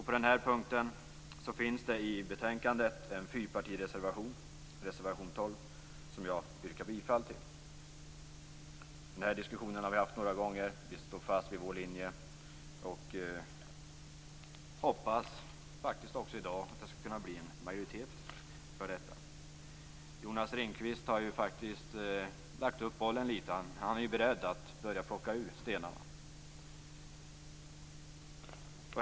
På den punkten finns det i betänkandet en fyrpartireservation, reservation 12, som jag yrkar bifall till. Den här diskussionen har vi haft några gånger. Vi står fast vid vår linje och hoppas att det i dag kan bli en majoritet för detta. Jonas Ringqvist har faktiskt lite grann lagt upp bollen. Han är ju beredd att börja plocka ur stenarna.